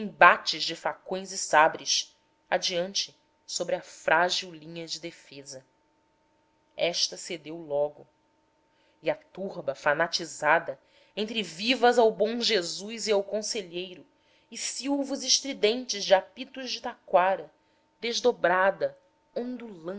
embates de facões e sabres adiante sobre a frágil linha de defesa esta cedeu logo e a turba fanatizada entre vivas ao bom jesus e ao conselheiro e silvos estridentes de apitos de taquara desdobrada